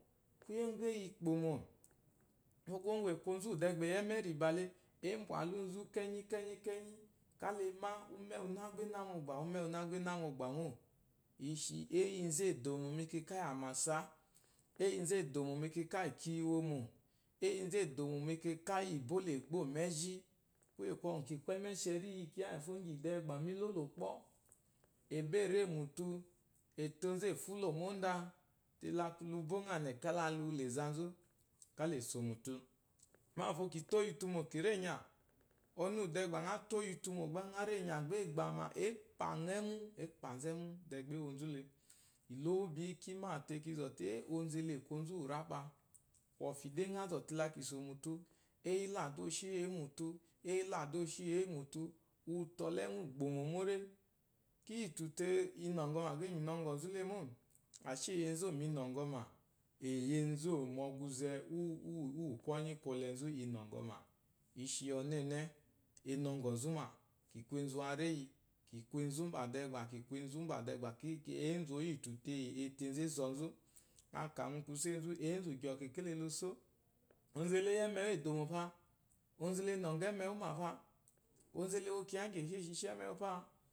Kuye ngɔ eyi gbomo, uwu kuwo aku azode beyi eme riba abwaluzu kenyi-kenyi kala ma ume una bai na mogba ume una bai na mogba o, ishi eyinzu edomo mekaka iyi amasa, iyi edomo mekaka kiya iwomo. eyi edomo mekaka kiya iwomo, eyi edomo mekaka iyi ibola egbo meji kuya kwogu ki ku emesheri kiyi de ba me lolo kpɔo ebere mutu, etonzu efulo mun honda, te lalu bongha ne kala ce zazu kiso mutu. mafo rito yi mutu mo ki kenya onu de ba ngha toyi mutu de ba ngha ekpanzu emu ta gba ewonza le lo bi biyi hikima yite ele aku onzu uwura kodi de ngɔ zote la kiso mtutu ayila de oshe mutut ayila de oshe mutu utu ɔle ewu igbomo mole, kiyi tute inhogɔma gba eyimu ngɔgɔzu lemu ashe eyizu mu inhɔgɔma, eyizu mu uguze uwu kwonyi kwolenzu inhɔgɔma. ishi ɔnene anhogomanzuma kiku enzu mbadeba enzu oyi tuite ee tetenzu a zonzu nghaka mu kuse zu kwɔle ba enhɔgɔ emewuma onzule ewo kiya igyi isheshi eshi emewu fa